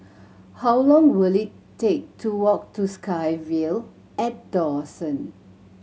how long will it take to walk to SkyVille at Dawson